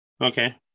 Okay